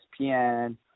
ESPN